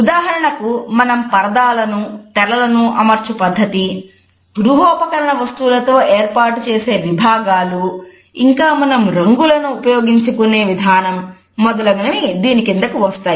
ఉదాహరణకు మనం పరదాలను తెరలను అమర్చు పద్ధతి గృహోపకరణ వస్తువులతో ఏర్పాటు చేసే విభాగాలు ఇంకా మనం రంగులను ఉపయోగించే విధానం మొదలగునవి దీని క్రిందకు వస్తాయి